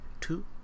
Two